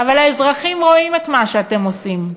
אבל האזרחים רואים את מה שאתם עושים.